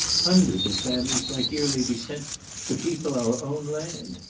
hundreds of families might yearly be sent to people our own land.